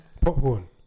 Popcorn